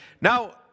Now